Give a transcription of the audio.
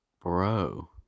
Bro